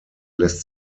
lässt